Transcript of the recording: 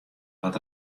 wat